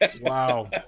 Wow